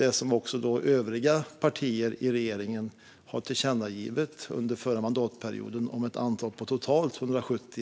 Övriga partier i regeringen gjorde under förra mandatperioden ett tillkännagivande om ett antal på totalt 170.